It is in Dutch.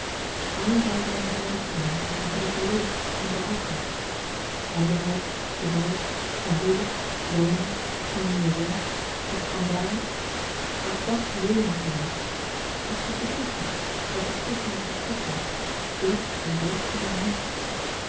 maar hoe zoû zij moeten hebben gedaan om te hebben geleefd nu zij oud werd de ijdelheid de bals haar huwelijk rome hun liaison het schandaal was dàt leven geweest of zich vergissen van vergissing op vergissing drukte en driften om niets